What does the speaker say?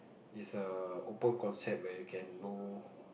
is a open concept where you can know